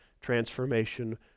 transformation